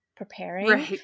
preparing